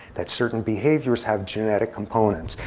that certain behaviors have genetic components.